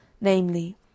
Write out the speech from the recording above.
namely